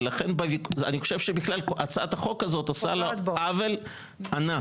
ואני חושב שבכלל הצעת החוק הזאת עושה לו עוול ענק.